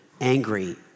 angry